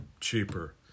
cheaper